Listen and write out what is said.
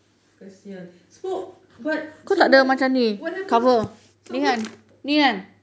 kesian spoke but so what what happens so who